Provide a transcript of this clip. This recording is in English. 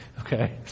Okay